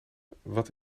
wat